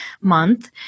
month